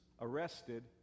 arrested